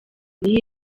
niyo